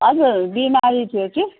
हजुर बिमारी थियो कि